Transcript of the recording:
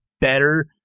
better